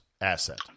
asset